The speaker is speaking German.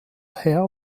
herr